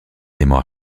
élément